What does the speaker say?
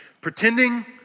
Pretending